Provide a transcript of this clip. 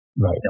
right